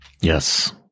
Yes